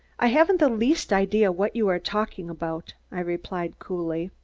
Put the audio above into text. i haven't the least idea what you are talking about, i replied coldly.